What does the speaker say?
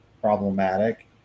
problematic